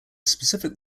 specific